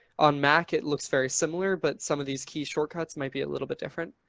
on mac, it looks very similar, but some of these key shortcuts might be a little bit different.